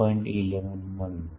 11 મળ્યું